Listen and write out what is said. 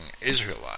Israelites